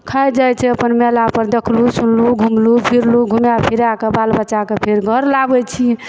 खाइ जाइ छै अपन मेलापर देखलहुँ सुनलहुँ घुमलहुँ फिरलहुँ घुमा फिरा कऽ बाल बच्चाके फेर घर लाबय छी